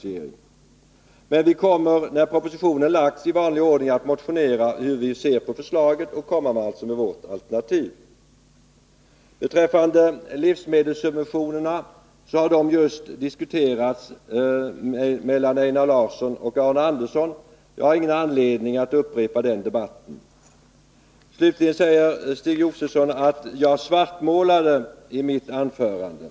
Men när propositionen lagts fram kommer vi att i vanlig ordning motionera, tala om hur vi ser på förslaget och komma med vårt alternativ. Livsmedelssubventionerna har just diskuterats av Einar Larsson och Arne Andersson i Ljung. Jag har ingen anledning att upprepa den debatten. Slutligen sade Stig Josefson att jag svartmålade i mitt anförande.